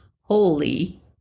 holy